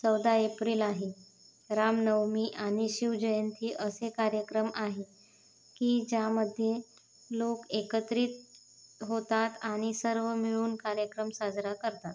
चौदा एप्रिल आहे रामनवमी आणि शिव जयंती असे कार्यक्रम आहे की ज्यामध्ये लोक एकत्रित होतात आणि सर्व मिळून कार्यक्रम साजरा करतात